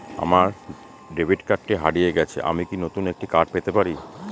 আমার ডেবিট কার্ডটি হারিয়ে গেছে আমি কি নতুন একটি কার্ড পেতে পারি?